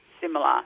similar